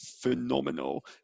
phenomenal